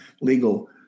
legal